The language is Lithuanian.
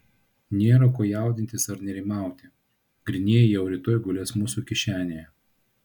nėra ko jaudintis ar nerimauti grynieji jau rytoj gulės mūsų kišenėje